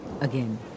again